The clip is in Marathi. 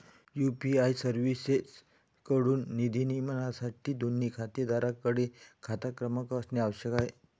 यू.पी.आय सर्व्हिसेसएकडून निधी नियमनासाठी, दोन्ही खातेधारकांकडे खाता क्रमांक असणे आवश्यक आहे